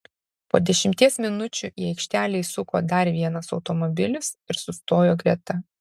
po dešimties minučių į aikštelę įsuko dar vienas automobilis ir sustojo greta